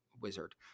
wizard